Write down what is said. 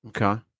Okay